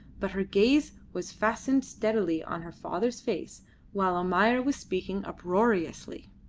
but her gaze was fastened steadily on her father's face while almayer was speaking uproariously.